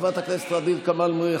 חברת הכנסת ע'דיר כמאל מריח,